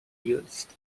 used